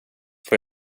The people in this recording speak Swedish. får